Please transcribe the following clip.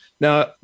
Now